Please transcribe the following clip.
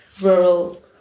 rural